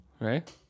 right